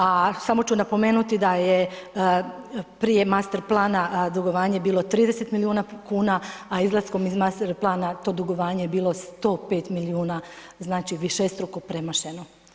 A samo ću napomenuti da je prije master plana dugovanje bilo 30 milijuna kuna a izlaskom iz master plana to dugovanje je bilo 105 milijuna, znači višestruko premašeno.